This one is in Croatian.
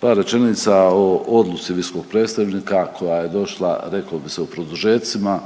Par rečenica o odluci visokog predstavnika koja je došla, reklo bi se, u produžecima